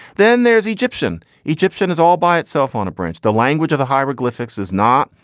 then there's egyptian. egyptian is all by itself on a branch. the language of the hieroglyphics is not,